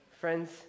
Friends